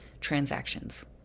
transactions